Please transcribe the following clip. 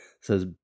says